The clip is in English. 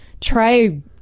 try